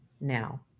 now